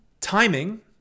Timing